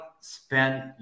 spend